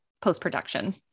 post-production